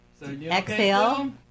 exhale